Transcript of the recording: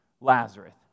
Lazarus